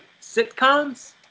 sitcoms